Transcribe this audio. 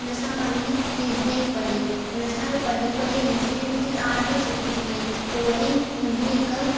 उन सां माने रिसनिंग पढ़ी उन सां पढ़ी पढ़ी रिसनिंग मुंहिंजी ॾाढी सुठी वई पोइ वरी मुंहिंजी हिकु